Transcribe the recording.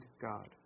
God